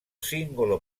singolo